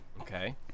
Okay